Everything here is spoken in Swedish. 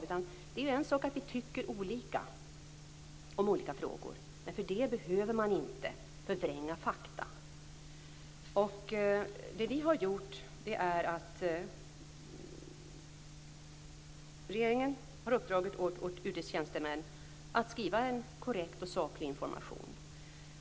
Det är en sak att vi tycker olika om olika frågor. Men för det behöver man inte förvränga fakta. Regeringen har uppdragit åt UD:s tjänstemän att skriva korrekt och saklig information.